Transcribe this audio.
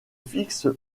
fixent